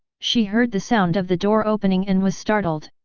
she heard the sound of the door opening and was startled.